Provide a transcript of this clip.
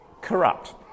corrupt